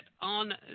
on